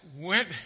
went